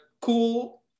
cool